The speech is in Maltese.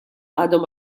għadhom